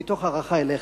מתוך הערכה אליך.